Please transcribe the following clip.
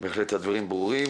בהחלט הדברים ברורים